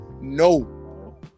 No